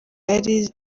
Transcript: yari